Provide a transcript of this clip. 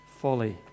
folly